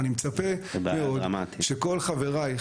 ואני מצפה שכל חבריי,